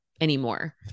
anymore